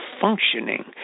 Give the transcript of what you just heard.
functioning